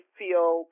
feel